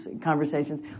conversations